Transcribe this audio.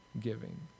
giving